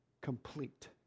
complete